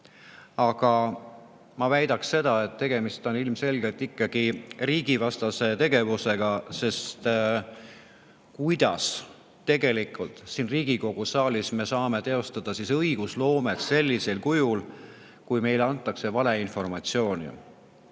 Aga ma väidan, et tegemist on ilmselgelt riigivastase tegevusega, sest kuidas me tegelikult saame siin Riigikogu saalis teostada õigusloomet sellisel kujul, kui meile antakse valeinformatsiooni.